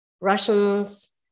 Russians